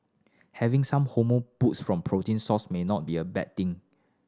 having some hormone boost from protein source may not be a bad thing